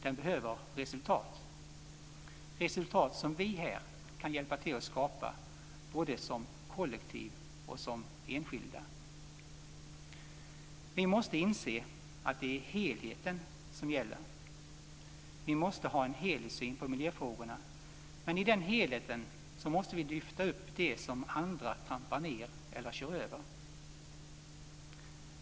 Den behöver resultat, resultat som vi här kan hjälpa till att skapa, både som kollektiv och som enskilda. Vi måste inse att det är helheten som gäller. Vi måste ha en helhetssyn på miljöfrågorna, men i den helheten måste vi lyfta upp det som andra trampar ned eller kör över.